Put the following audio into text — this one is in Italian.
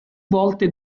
volte